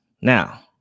now